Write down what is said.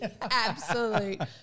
Absolute